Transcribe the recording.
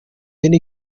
any